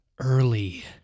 early